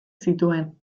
zituen